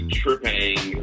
tripping